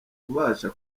ubasha